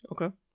Okay